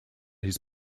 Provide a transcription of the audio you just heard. his